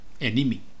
enemy